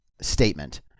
statement